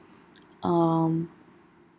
um